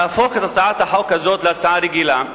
להפוך את הצעת החוק הזו להצעה רגילה,